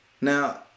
Now